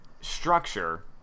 structure